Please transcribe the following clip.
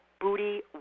booty